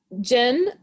Jen